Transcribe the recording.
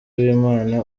w’imana